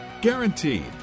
Guaranteed